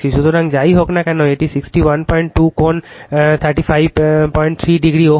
সুতরাং যাই হোক না কেন এটি 612 কোণ 353 ডিগ্রি Ω